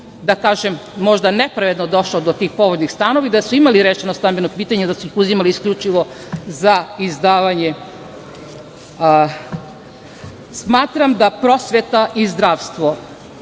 da kažem, možda nepravedno došao do tih povoljnih stanova i da su imali rešeno stambeno pitanje, da su ih uzimali isključivo za izdavanje. Smatram da prosveta i zdravstvo